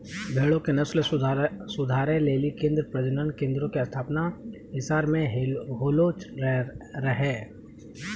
भेड़ो के नस्ल सुधारै लेली केन्द्रीय प्रजनन केन्द्रो के स्थापना हिसार मे होलो रहै